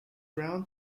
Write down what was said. brown